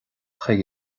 chuig